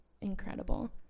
incredible